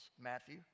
Matthew